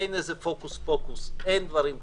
אין הוקוס-פוקוס, אין דברים כאלה.